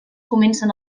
comencen